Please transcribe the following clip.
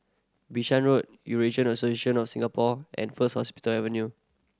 Bishan Road Eurasian Association Singapore and First Hospital Avenue